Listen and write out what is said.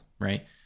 right